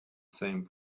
same